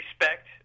respect